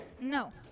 no